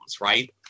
right